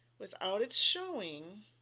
without it's showing